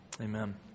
Amen